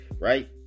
right